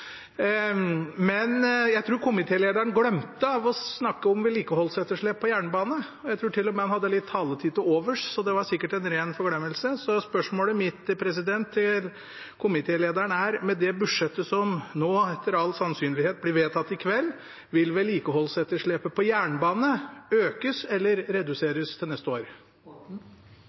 Men jeg tror komitélederen glemte å snakke om vedlikeholdsetterslepet på jernbane, og jeg tror til og med han hadde litt taletid til overs, så det var sikkert en ren forglemmelse. Spørsmålet mitt til komitélederen er: Med det budsjettet som etter all sannsynlighet blir vedtatt i kveld, vil vedlikeholdsetterslepet på jernbane økes eller reduseres til neste år?